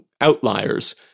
outliers